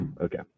Okay